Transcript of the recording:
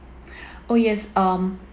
oh yes um